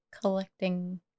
collecting